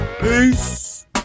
Peace